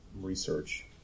research